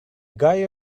guy